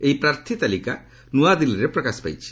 ଏହି ପ୍ରାର୍ଥୀ ତାଲିକା ନ୍ତଆଦିଲ୍ଲୀରେ ପ୍ରକାଶ ପାଇଛି